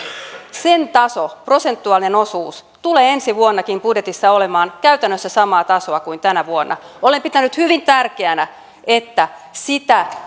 sen taso prosentuaalinen osuus tulee ensi vuonnakin budjetissa olemaan käytännössä samaa tasoa kuin tänä vuonna olen pitänyt hyvin tärkeänä että